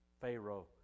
Pharaoh